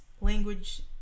language